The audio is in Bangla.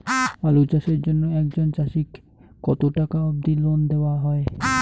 আলু চাষের জন্য একজন চাষীক কতো টাকা অব্দি লোন দেওয়া হয়?